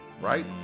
right